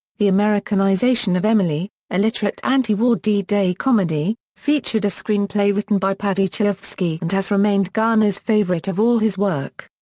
the americanization of emily, a literate anti-war d-day d-day comedy, featured a screenplay written by paddy chayefsky and has remained garner's favorite of all his work.